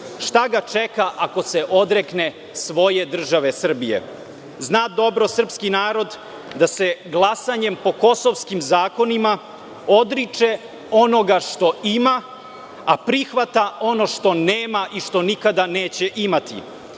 šta ga čeka ako se odrekne svoje države Srbije. Zna dobro srpski narod da se glasanjem po kosovskim zakonima odriče onoga što ima, a prihvata ono što nema i što nikada neće imati.